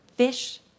Fish